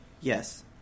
Yes